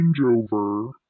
changeover